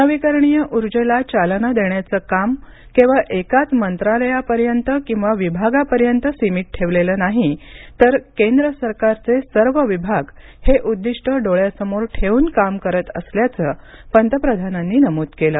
नवीकरणीय उजेला चालना देण्याचं काम केवळ एकाच मंत्रालयापर्यंत किंवा विभागापर्यंत सीमित ठेवलेलं नाही तर केंद्र सरकारचे सर्व विभाग हे उद्दिष्ट डोळ्यासमोर ठेऊन काम करत असल्याचं पंतप्रधानांनी नमूद केलं